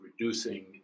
reducing